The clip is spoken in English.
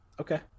Okay